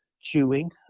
chewing